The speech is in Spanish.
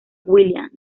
williams